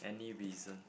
any reason